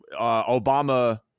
Obama